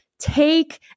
take